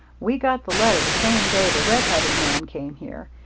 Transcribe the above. we got the letter the same day the red-headed man came here.